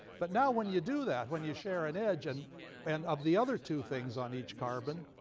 but now when you do that, when you share an edge, and and of the other two things on each carbon,